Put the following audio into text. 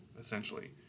essentially